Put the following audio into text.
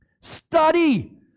Study